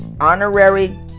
Honorary